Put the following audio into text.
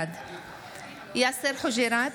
בעד יאסר חוג'יראת,